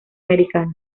americano